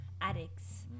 addicts